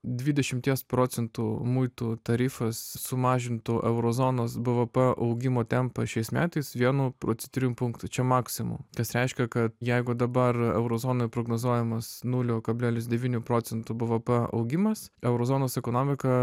dvidešimies procentų muitų tarifas sumažintų euro zonos bvp augimo tempą šiais metais vienu procentiniu punktu čia maksimum tas reiškia kad jeigu dabar euro zonoj prognozuojamos nulio kablelis devynių procentų bvp augimas eurozonos ekonomika